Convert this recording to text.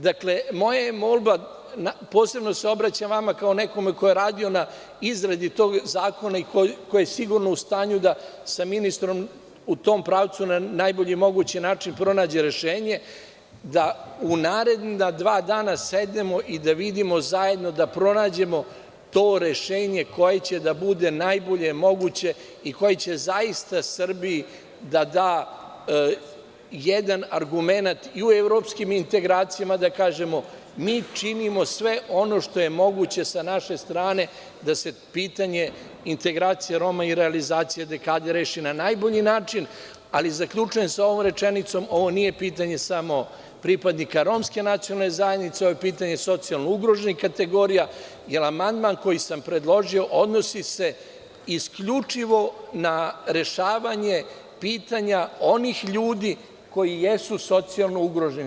Dakle, moja je molba, posebno se obraćam vama, kao nekome ko je radio na izradi tog zakona i ko je sigurno u stanju da sa ministrom u tom pravcu, na najbolji mogući način pronađe rešenje, da u naredna dva dana sednemo i vidimo zajedno, da pronađemo to rešenje koje će da bude najbolje moguće i koje će zaista Srbiji da da jedan argumenat i u evropskim integracijama da kažemo, mi činimo sve ono što je moguće sa naše strane, da se pitanje integracija Roma i realizacija dekade reši na najbolji način, ali zaključujem sa ovom rečenicom, ovo nije pitanje samo pripadnika romske nacionalne zajednice, ovo je pitanje socijalno ugroženih kategorija, jer amandman koji sam predložio odnosi se isključivo na rešavanje pitanja onih ljudi koji jesu socijalno ugroženi.